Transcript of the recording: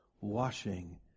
washing